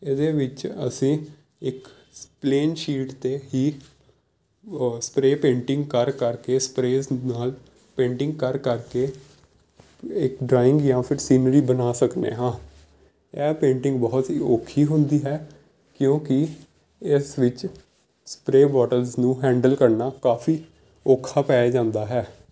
ਇਹਦੇ ਵਿੱਚ ਅਸੀਂ ਇੱਕ ਪਲੇਨ ਸ਼ੀਟ 'ਤੇ ਹੀ ਸਪਰੇ ਪੇਂਟਿੰਗ ਕਰ ਕਰਕੇ ਸਪਰੇ ਨਾਲ ਪੇਂਟਿੰਗ ਕਰ ਕਰਕੇ ਇੱਕ ਡਰਾਇੰਗ ਜਾਂ ਫਿਰ ਸੀਨਰੀ ਬਣਾ ਸਕਦੇ ਹਾਂ ਇਹ ਪੇਟਿੰਗ ਬਹੁਤ ਹੀ ਔਖੀ ਹੁੰਦੀ ਹੈ ਕਿਉਂਕਿ ਇਸ ਵਿੱਚ ਸਪਰੇ ਬਾਟਲਸ ਨੂੰ ਹੈਂਡਲ ਕਰਨਾ ਕਾਫੀ ਔਖਾ ਪੈ ਜਾਂਦਾ ਹੈ